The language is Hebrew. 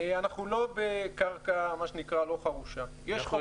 אנחנו לא בקרקע מה שנקרא לא חרושה, יש חוק.